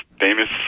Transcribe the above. famous